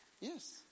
Yes